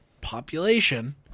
population